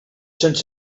cents